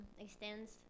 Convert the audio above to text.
extends